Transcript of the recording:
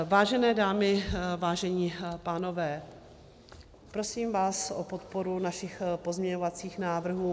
Vážené dámy, vážení pánové, prosím vás o podporu našich pozměňovacích návrhů.